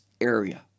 area